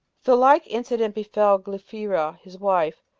the like accident befell glaphyra his wife,